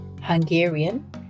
Hungarian